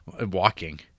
Walking